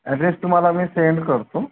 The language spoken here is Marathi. ऍड्रेस तुम्हाला मी सेंड करतो